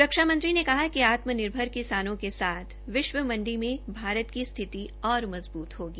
रक्षा मंत्री ने कहा कि आत्मनिर्भर किसानों के साथ विश्व मंडी में भारत की स्थिति और मजबूत होगा